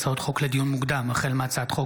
הצעות חוק לדיון מוקדם: החל בהצעת חוק